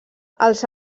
els